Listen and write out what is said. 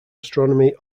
astronomy